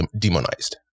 demonized